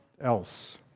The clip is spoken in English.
else